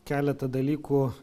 keleta dalykų